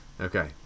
Okay